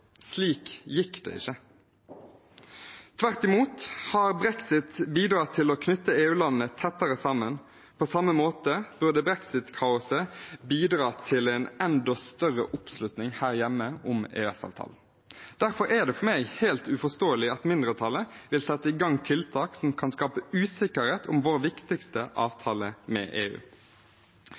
Slik gikk det ikke. Tvert imot har brexit bidratt til å knytte EU-landene tettere sammen. På samme måte burde brexit-kaoset bidra til en enda større oppslutning her hjemme om EØS-avtalen. Derfor er det for meg helt uforståelig at mindretallet vil sette i gang tiltak som kan skape usikkerhet om vår viktigste avtale med EU.